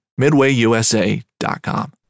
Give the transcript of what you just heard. MidwayUSA.com